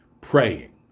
praying